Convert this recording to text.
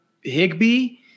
Higby